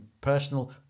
personal